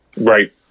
Right